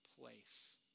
place